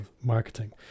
marketing